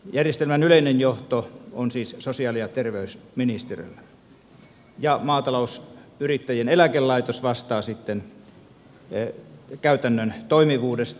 järjestelmän yleinen johto on siis sosiaali ja terveysministeriöllä ja maatalousyrittäjien eläkelaitos vastaa sitten käytännön toimivuudesta